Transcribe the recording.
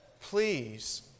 please